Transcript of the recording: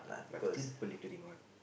but still people littering [what]